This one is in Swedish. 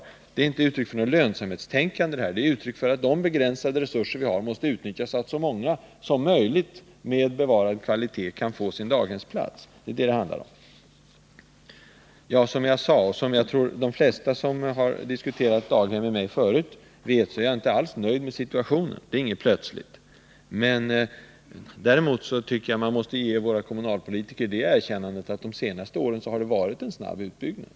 Det här är inte uttryck för något lönsamhetstänkande utan det är ett uttryck för att de begränsade resurser vi har måste utnyttjas av så många som möjligt, så att de med bevarad kvalitet kan få sin daghemsplats. De flesta som jag har diskuterat daghemsfrågan med förut vet, att jag inte alls är nöjd med situationen. Däremot tycker jag att man måste ge våra kommunalpolitiker det erkännandet, att det under de senaste åren har varit en snabb utbyggnad.